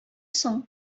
соң